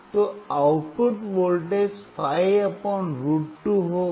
तो output voltage 5√2 होगा